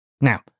Now